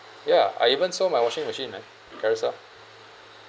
ya I even sold my washing machine man Carousell